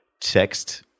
text